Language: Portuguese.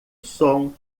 som